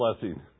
blessing